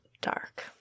dark